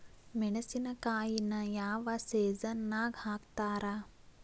ಮೆಣಸಿನಕಾಯಿನ ಯಾವ ಸೇಸನ್ ನಾಗ್ ಹಾಕ್ತಾರ?